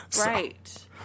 right